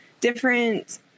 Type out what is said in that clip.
different